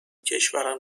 کشورم